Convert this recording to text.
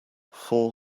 four